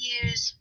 use